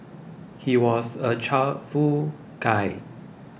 he was a cheerful guy